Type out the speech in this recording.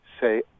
say